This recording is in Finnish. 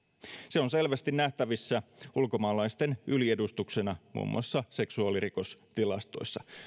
se on selvästi nähtävissä ulkomaalaisten yliedustuksena muun muassa seksuaalirikostilastoissa